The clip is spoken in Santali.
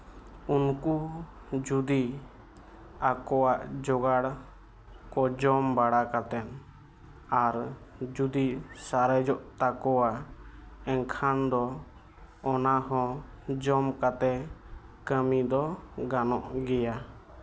ᱩᱱᱠᱩ ᱡᱩᱫᱤ ᱟᱠᱚᱣᱟᱜ ᱡᱚᱜᱟᱲ ᱠᱚ ᱡᱚᱢ ᱵᱟᱲᱟ ᱠᱟᱛᱮᱫ ᱟᱨ ᱡᱩᱫᱤ ᱥᱟᱨᱮᱡᱚᱜ ᱛᱟᱠᱚᱣᱟ ᱮᱱᱠᱷᱟᱱ ᱫᱚ ᱚᱱᱟ ᱦᱚᱸ ᱡᱚᱢ ᱠᱟᱛᱮᱫ ᱠᱟᱹᱢᱤ ᱫᱚ ᱜᱟᱱᱚᱜ ᱜᱮᱭᱟ